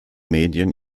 medien